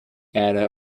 ada